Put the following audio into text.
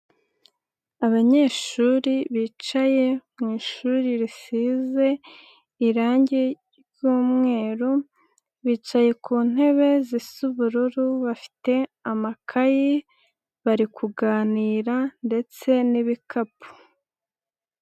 Abanyeshuri bicaye mu ishuri risize irangi ry'umweru, bicaye ku ntebe zisa ubururu, bafite amakayi, bari kuganira ndetse n'ibikapu.